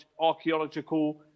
archaeological